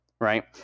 Right